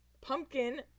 pumpkin